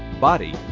body